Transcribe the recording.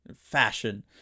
fashion